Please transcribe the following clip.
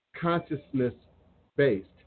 consciousness-based